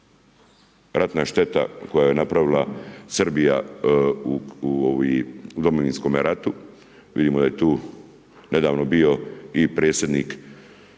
Ratna šteta koja je napravila Srbija u Domovinskome ratu, vidimo da je tu nedavno bio i predsjednik